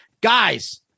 Guys